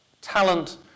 talent